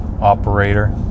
operator